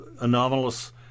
anomalous